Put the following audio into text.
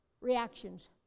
reactions